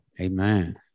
Amen